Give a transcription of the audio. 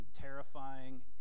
terrifying